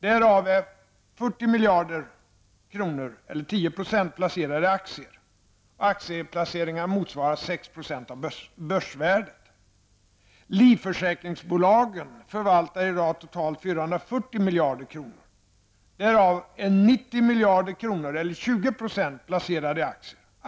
Därav är 40 miljarder kronor. Därav är 90 miljarder, eller 20 %, placerade i aktier.